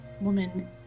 woman